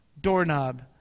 doorknob